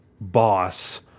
boss